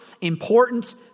important